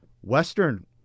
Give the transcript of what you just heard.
Western